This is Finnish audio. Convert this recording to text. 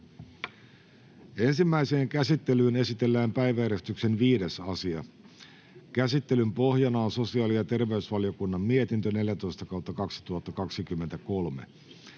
Ensimmäiseen käsittelyyn esitellään päiväjärjestyksen 11. asia. Käsittelyn pohjana on sosiaali- ja terveysvaliokunnan mietintö StVM